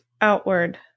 outward